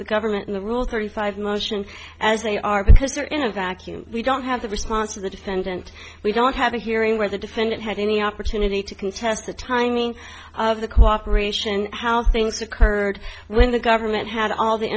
the government in the rule thirty five motion as they are because they're in a vacuum we don't have the response of the defendant we don't have a hearing where the defendant had any opportunity to contest the timing of the cooperation how things occurred when the government had all the